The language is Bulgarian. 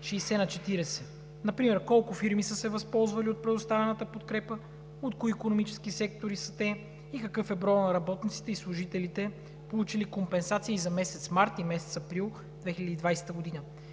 60/40? Например колко фирми са се възползвали от предоставената подкрепа, от кои икономически сектори са те и какъв е броят на работниците и служителите, получили компенсации за месец март и месец април 2020 г.?